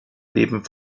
leben